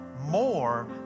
more